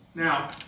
Now